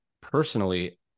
personally